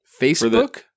Facebook